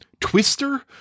Twister